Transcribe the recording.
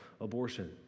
abortion